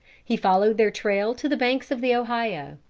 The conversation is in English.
he followed their trail to the banks of the ohio.